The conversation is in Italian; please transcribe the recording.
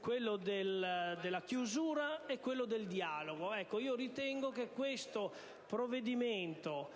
quello della chiusura e quello del dialogo. Ecco, ritengo che questo provvedimento,